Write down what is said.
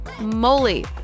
moly